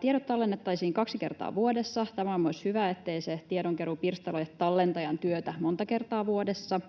Tiedot tallennettaisiin kaksi kertaa vuodessa. Tämä on myös hyvä, ettei se tiedonkeruu pirstaloi tallentajan työtä monta kertaa vuodessa.